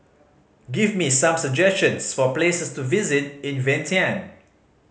give me some suggestions for places to visit in Vientiane